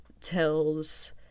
tells